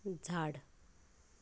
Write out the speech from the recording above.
झाड